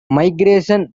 migration